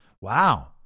Wow